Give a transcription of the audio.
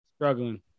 Struggling